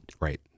Right